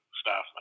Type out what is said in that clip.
staff